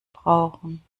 brauchen